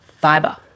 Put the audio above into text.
fiber